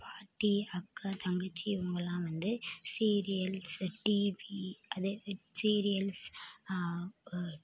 பாட்டி அக்கா தங்கச்சி இவங்கள்லாம் வந்து சீரியல்ஸ் டிவி அதே சீரியல்ஸ்